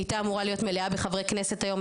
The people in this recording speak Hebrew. היא הייתה אמורה להיות מלאה בחברי כנסת היום,